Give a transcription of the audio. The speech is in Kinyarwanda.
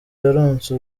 yaronse